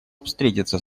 встретиться